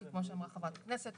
כי כמו שאמרה חברת הכנסת,